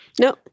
No